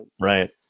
Right